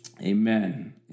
Amen